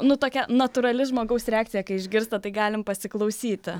nu tokia natūrali žmogaus reakcija kai išgirsta tai galim pasiklausyti